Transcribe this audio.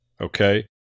okay